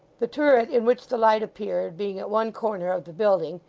the turret in which the light appeared being at one corner of the building,